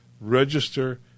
Register